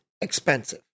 expensive